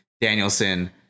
Danielson